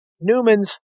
Newman's